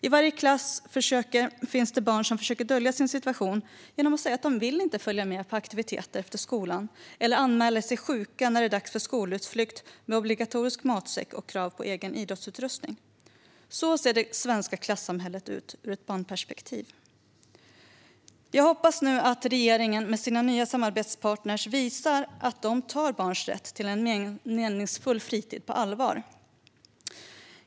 I varje klass finns det barn som försöker dölja sin situation genom att säga att de inte vill följa med på aktiviteter efter skolan eller som anmäler sig sjuka när det är dags för skolutflykt med obligatorisk matsäck och krav på egen idrottsutrustning. Så ser det svenska klassamhället ut ur ett barnperspektiv. Jag hoppas nu att regeringen med sina nya samarbetspartner visar att de tar barns rätt till en meningsfull fritid på allvar.